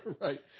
Right